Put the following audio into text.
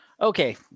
Okay